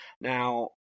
Now